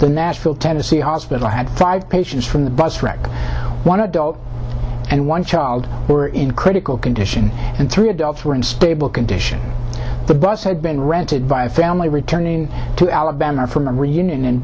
the nashville tennessee hospital had five patients from the bus wreck one adult and one child were in critical condition and three adults were in stable condition the bus had been rented by a family returning to alabama from a reunion in